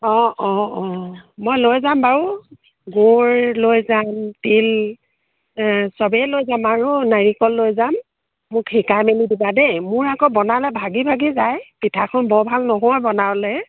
অঁ অঁ অঁ মই লৈ যাম বাৰু গুড় লৈ যাম তিল চবেই লৈ যাম আৰু নাৰিকল লৈ যাম মোক শিকাই মেলি দিবা দেই মোৰ আকৌ বনালে ভাগি ভাগি যায় পিঠাখন বৰ ভাল নহয় বনালে